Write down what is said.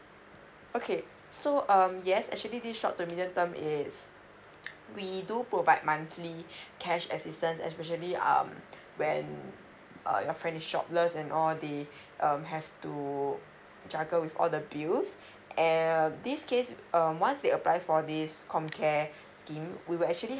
okay so um yes actually this short to medium term is we do provide monthly cash assistant especially um when uh your friend is jobless and all the um have to juggle with all the bills and err this case um once they apply for this com care scheme we will actually